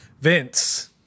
Vince